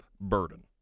burden